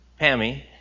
Pammy